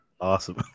Awesome